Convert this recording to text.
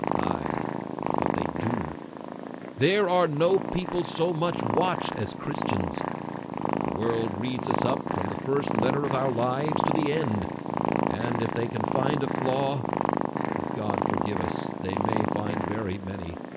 i but they do there are no people so much watched as christians the world reads us up from the first letter of our lives to the end and if they can find a flaw and god forgive us they may find very many.